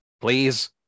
please